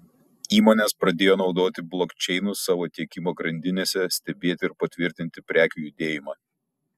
įmonės pradėjo naudoti blokčeinus savo tiekimo grandinėse stebėti ir patvirtinti prekių judėjimą